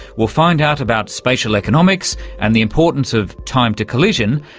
we'll find out about spatial economics, and the importance of time-to-collision,